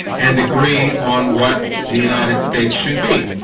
and agree on what the united states should be